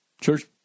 Church